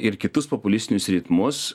ir kitus populistinius ritmus